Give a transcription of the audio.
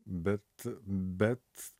bet bet